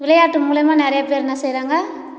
விளையாட்டு மூலிமா நிறைய பேர் என்ன செய்கிறாங்க